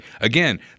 Again